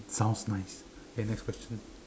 sounds nice okay next question